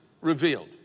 revealed